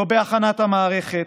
לא בהכנת המערכת,